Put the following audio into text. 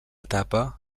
etapa